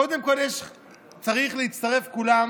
קודם כול צריכים להצטרף כולם